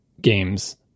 games